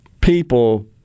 people